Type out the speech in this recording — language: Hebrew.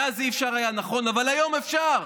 מאז לא היה אפשר, נכון, אבל היום אפשר.